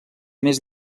més